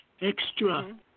extra